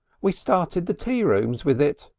we started the tea rooms with it,